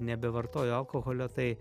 nebevartoju alkoholio tai